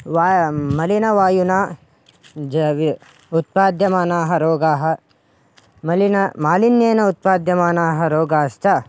वा मलिनवायुना उत्पाद्यमानाः रोगाः मलिनं मालिन्येन उत्पाद्यमानाः रोगाश्च